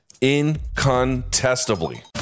Incontestably